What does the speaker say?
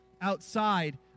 outside